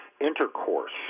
intercourse